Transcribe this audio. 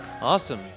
Awesome